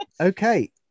okay